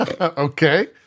Okay